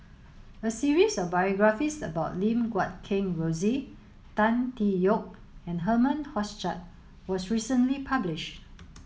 a series of biographies about Lim Guat Kheng Rosie Tan Tee Yoke and Herman Hochstadt was recently published